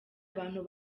abantu